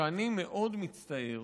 שאני מאוד מצטער